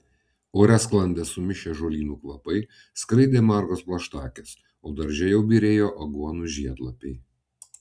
ore sklandė sumišę žolynų kvapai skraidė margos plaštakės o darže jau byrėjo aguonų žiedlapiai